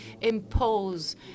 impose